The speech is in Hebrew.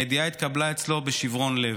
הידיעה התקבלה אצלו בשברון לב.